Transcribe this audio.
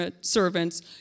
servants